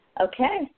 Okay